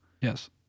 Yes